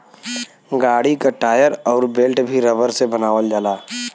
गाड़ी क टायर अउर बेल्ट भी रबर से बनावल जाला